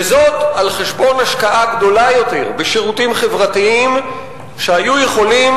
וזאת על חשבון השקעה גדולה יותר בשירותים חברתיים שהיו יכולים